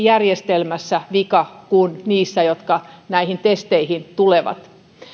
järjestelmässä vika kuin niissä jotka näihin testeihin tulevat